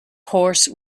horse